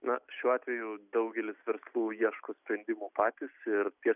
na šiuo atveju daugelis verslų ieško sprendimų patys ir tie